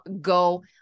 go